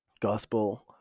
gospel